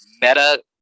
meta-